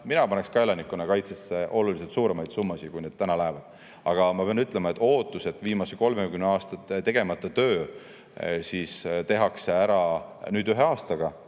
mina paneksin ka elanikkonnakaitsesse oluliselt suuremaid summasid, kui sinna täna lähevad. Aga ma pean ütlema, et ootus, et viimase 30 aasta tegemata töö tehakse ära nüüd ühe aasta